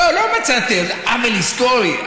לא, לא מצאתי עוול היסטורי.